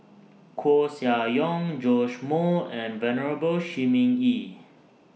Koeh Sia Yong Joash Moo and Venerable Shi Ming Yi